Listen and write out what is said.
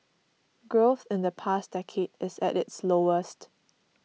growth in the past decade is at its lowest